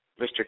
Mr